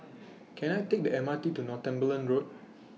Can I Take The M R T to Northumberland Road